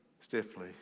stiffly